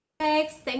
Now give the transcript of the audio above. Thanks